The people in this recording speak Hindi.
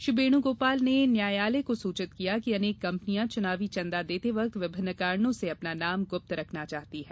श्री वेणुगोपाल ने न्यायालय को सूचित किया कि अनेक कंपनियां चुनावी चंदा देते वक्त विभिन्न कारणों से अपना नाम गुप्त रखना चाहती हैं